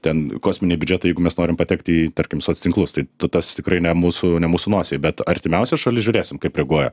ten kosminiai biudžetai jeigu mes norim patekti į tarkim soc tinklus tai tas tas tikrai ne mūsų ne mūsų nosiai bet artimiausia šalis žiūrėsim kaip reaguoja